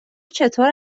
چطور